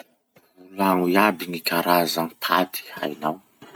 Volagno iaby gny karazam-paty hainao.